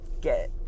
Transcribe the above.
get